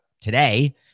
today